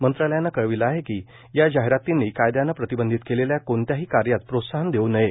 मंत्रालयानं कळविलं आहे की या जाहिरातींनी कायद्यानं प्रतिबंधित केलेल्या कोणत्याही कार्यास प्रोत्साहन देऊ नये